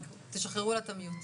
דקות.